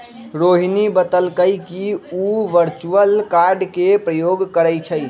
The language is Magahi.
रोहिणी बतलकई कि उ वर्चुअल कार्ड के प्रयोग करई छई